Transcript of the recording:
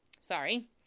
sorry